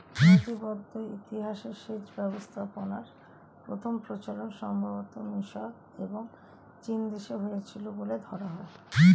নথিবদ্ধ ইতিহাসে সেচ ব্যবস্থাপনার প্রথম প্রচলন সম্ভবতঃ মিশর এবং চীনদেশে হয়েছিল বলে ধরা হয়